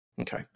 Okay